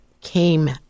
came